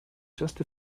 just